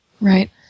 right